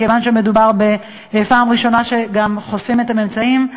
מכיוון שמדובר בפעם הראשונה שגם חושפים את הממצאים.